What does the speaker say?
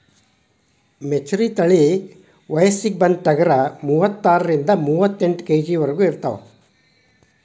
ಮೆಚರಿ ತಳಿ ವಯಸ್ಸಿಗೆ ಬಂದ ಟಗರ ಮೂವತ್ತಾರರಿಂದ ಮೂವತ್ತೆಂಟ ಕೆ.ಜಿ ವರೆಗು ಇರತಾವ